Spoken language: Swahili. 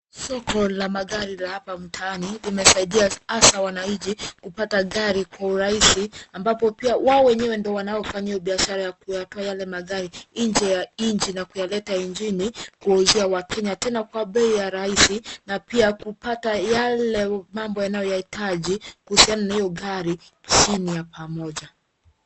Soko la magari la hapa mtaani limesaidia hasa wanainchi kupata gari kwa urahisi ambapo pia wao wenyewe ndio wanaofanya hiyo biashara ya kuyatoa yale magari nje ya nchi na kuyaleta nchini kuwauzia wakenya tena kwa bei ya rahisi na pia kupata yale mambo wanayohitaji kuhusiana na hio gari chini ya pamoja.